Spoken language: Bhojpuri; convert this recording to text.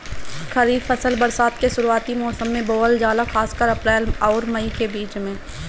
खरीफ फसल बरसात के शुरूआती मौसम में बोवल जाला खासकर अप्रैल आउर मई के बीच में